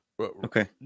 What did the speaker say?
Okay